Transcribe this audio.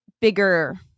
bigger